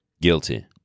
Guilty